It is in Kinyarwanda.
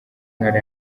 ntara